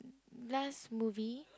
last movie